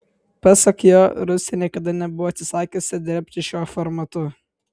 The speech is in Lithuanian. pasak jo rusija niekada nebuvo atsisakiusi dirbti šiuo formatu